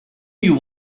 you